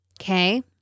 Okay